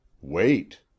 wait